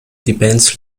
depends